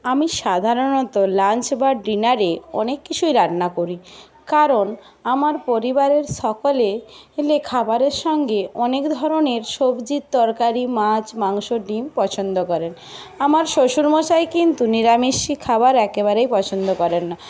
আমি সাধারণত লাঞ্চ বা ডিনারে অনেক কিছুই রান্না করি কারণ আমার পরিবারের সকলে খাবারের সঙ্গে অনেক ধরনের সবজির তরকারি মাছ মাংস ডিম পছন্দ করেন আমার শ্বশুরমশাই কিন্তু নিরামিষই খাবার একেবারেই পছন্দ করেন না